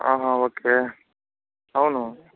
అహా ఒకే అవును